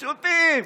פשוטים,